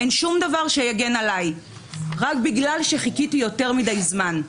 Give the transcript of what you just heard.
אין שום דבר שיגן עליי רק בגלל שחיכיתי יותר מדי זמן.